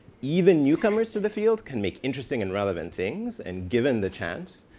even newcomers to the fields can make interesting and relevant things and, given the chance,